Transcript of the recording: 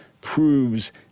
proves